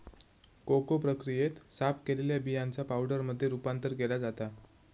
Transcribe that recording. cocoa प्रक्रियेत, साफ केलेल्या बियांचा पावडरमध्ये रूपांतर केला जाता